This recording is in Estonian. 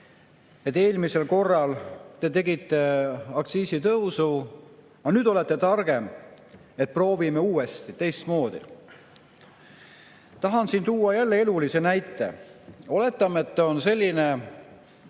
eelmisel korral te tegite aktsiisitõusu, aga nüüd olete targem. Proovime uuesti, teistmoodi. Tahan siin tuua jälle elulise näite. Oletame, et on selline